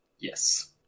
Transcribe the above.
yes